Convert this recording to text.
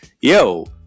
yo